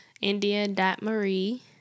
India.Marie